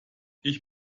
ich